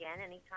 anytime